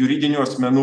juridinių asmenų